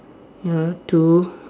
ya two